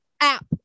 app